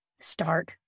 start